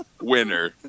Winner